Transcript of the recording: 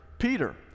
Peter